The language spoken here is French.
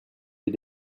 est